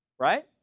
right